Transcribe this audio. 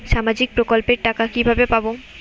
সামাজিক প্রকল্পের টাকা কিভাবে পাব?